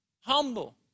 humble